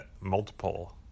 multiple